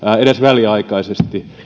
edes väliaikaisesti